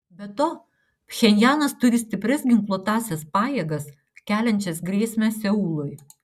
be to pchenjanas turi stiprias ginkluotąsias pajėgas keliančias grėsmę seului